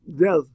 death